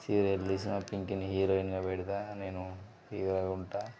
serial తీసి నా పింకీని హీరోయిన్గా పెడతా నేను హీరోగా ఉంటా